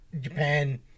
Japan